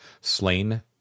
slain